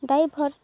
driver